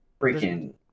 freaking